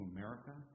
America